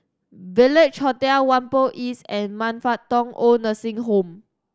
Village Hotel Whampoa East and Man Fut Tong OId Nursing Home